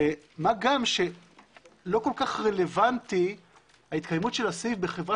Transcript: מה גם שלא כל כך רלוונטי התקיימות הסעיף בחברה